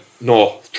no